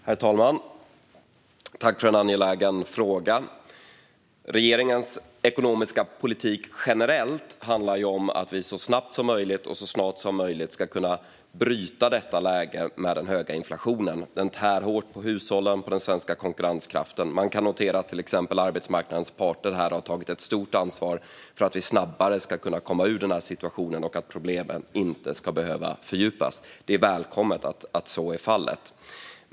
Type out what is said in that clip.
Herr talman! Jag tackar ledamoten för en angelägen fråga. Generellt handlar regeringens ekonomiska politik om att vi så snabbt och snart som möjligt ska kunna bryta den höga inflationen eftersom den tär hårt på hushållen och på den svenska konkurrenskraften. Man kan notera att arbetsmarknadens parter har tagit ett stort ansvar för att Sverige snabbare ska komma ur denna situation och för att problemen inte ska behöva fördjupas. Det är välkommet.